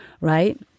right